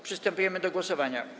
Przystępujemy do głosowania.